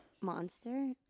monster